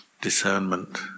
discernment